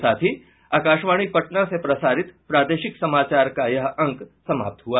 इसके साथ ही आकाशवाणी पटना से प्रसारित प्रादेशिक समाचार का ये अंक समाप्त हुआ